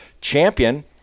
champion